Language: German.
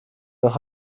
nach